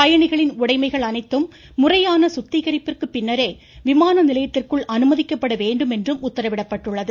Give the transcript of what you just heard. பயணிகளின் உடைமைகள் அனைத்தும் முறையான சுத்திகரிப்பிற்கு பின்னரே விமான நிலையத்திற்குள் அனுமதிக்கப்பட வேண்டும் என்றும் உத்தரவிடப்பட்டுள்ளது